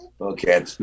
okay